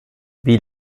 wie